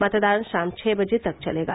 मतदान शाम छ बजे तक चलेगा